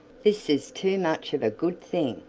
this is too much of a good thing!